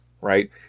right